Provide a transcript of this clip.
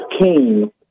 King